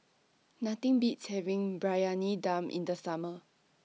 Nothing Beats having Briyani Dum in The Summer